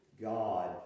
God